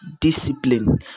discipline